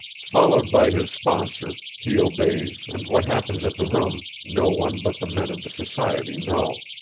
followed by his sponsor he obeys and what happens at the room no one but the men of the society know.